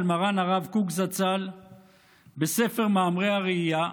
מרן הרב קוק זצ"ל בספר "מאמרי הראי"ה",